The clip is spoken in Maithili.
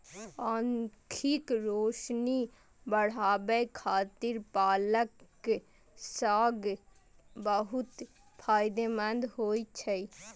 आंखिक रोशनी बढ़ाबै खातिर पालक साग बहुत फायदेमंद होइ छै